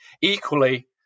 Equally